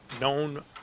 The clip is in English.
known